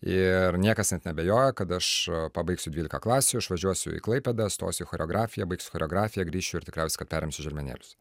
ir niekas net neabejojo kad aš pabaigsiu dvylika klasių išvažiuosiu į klaipėdą stosiu į choreografiją baigsiu choreografiją grįšiu ir tikriausiai kad perimsiu želmenėlius